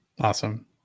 Awesome